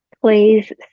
please